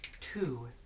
two